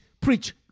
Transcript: preach